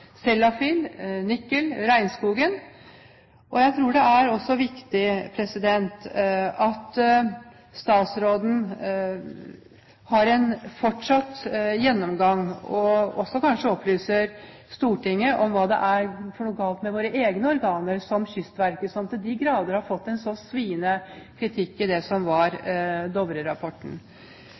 og regnskogen. Jeg tror også det er viktig at statsråden fortsatt har en gjennomgang og kanskje opplyser Stortinget om hva som er galt med våre egne organer, som Kystverket, som til de grader har fått en sviende kritikk i Dovre Group-rapporten. Det